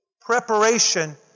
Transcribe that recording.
preparation